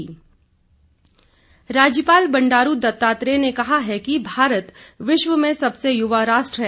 राज्यपाल राज्यपाल बंडारू दत्तात्रेय ने कहा है कि भारत विश्व में सबसे युवा राष्ट्र है